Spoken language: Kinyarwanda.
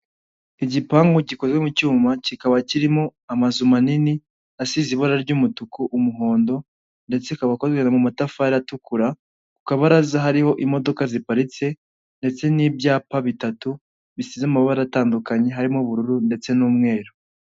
Igipangu gikozwe mu cyuma, kikaba kirimo amazu manini asize ibara ry'umutuku, umuhondo, ndetse akaba akomera mu matafari atukura, ku kabaraza hariho imodoka ziparitse ndetse n'ibyapa bitatu bisize amabara atandukanye harimo ubururu ndetse n'umweru.